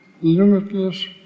limitless